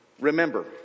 remember